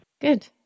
Good